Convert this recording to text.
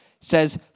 says